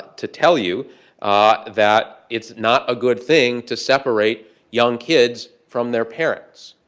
to tell you that it's not a good thing to separate young kids from their parents?